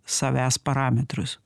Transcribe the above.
savęs parametrus